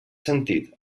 sentit